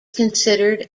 considered